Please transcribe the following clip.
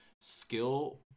skill